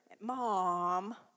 Mom